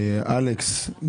אלכס,